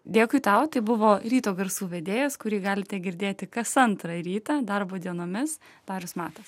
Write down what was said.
dėkui tau taip buvo ryto garsų vedėjas kurį galite girdėti kas antrą rytą darbo dienomis darius matas